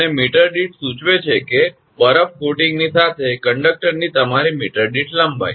અને મીટર દીઠ સૂચવે છે કે બરફ કોટિંગની સાથે કંડકટરની તમારી મીટર દીઠ લંબાઈ